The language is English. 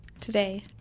today